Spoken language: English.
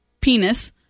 penis